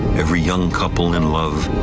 every young couple in love,